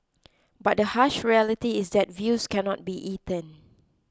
but the harsh reality is that views cannot be eaten